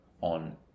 on